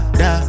da